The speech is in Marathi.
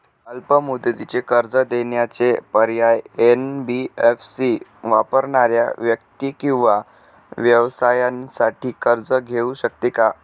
अल्प मुदतीचे कर्ज देण्याचे पर्याय, एन.बी.एफ.सी वापरणाऱ्या व्यक्ती किंवा व्यवसायांसाठी कर्ज घेऊ शकते का?